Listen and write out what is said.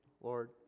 Lord